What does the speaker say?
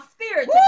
spirit